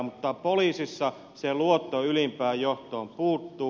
mutta poliisissa se luotto ylimpään johtoon puuttuu